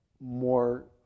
more